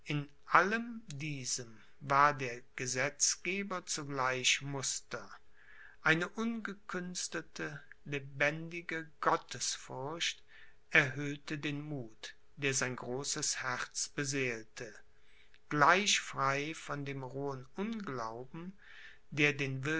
in allem diesem war der gesetzgeber zugleich muster eine ungekünstelte lebendige gottesfurcht erhöhte den muth der sein großes herz beseelte gleich frei von dem rohen unglauben der den